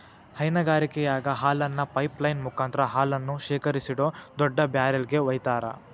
ಹೈನಗಾರಿಕೆಯಾಗ ಹಾಲನ್ನ pipeline ಮುಕಾಂತ್ರ ಹಾಲನ್ನ ಶೇಖರಿಸಿಡೋ ದೊಡ್ಡ ಬ್ಯಾರೆಲ್ ಗೆ ವೈತಾರ